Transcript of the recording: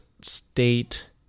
state